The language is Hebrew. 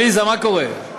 עליזה, מה קורה?